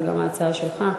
זו גם ההצעה שלך.